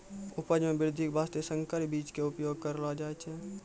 उपज मॅ वृद्धि के वास्तॅ संकर बीज के उपयोग करलो जाय छै